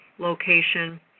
location